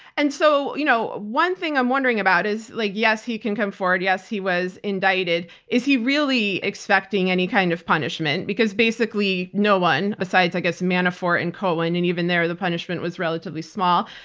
and so, you know one thing i'm wondering about is like, yes, he can come forward. yes, he was indicted. is he really expecting any kind of punishment? because basically no one besides i guess manafort and cohen and even there, the punishment was relatively small,